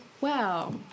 Wow